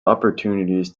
opportunities